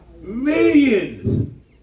Millions